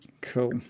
Cool